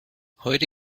heute